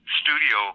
studio